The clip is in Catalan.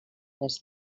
tres